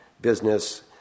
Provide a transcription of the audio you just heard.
business